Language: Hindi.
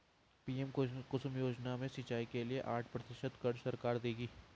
पी.एम कुसुम योजना में सिंचाई के लिए साठ प्रतिशत क़र्ज़ सरकार देगी